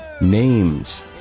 names